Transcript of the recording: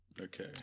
Okay